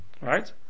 right